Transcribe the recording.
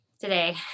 today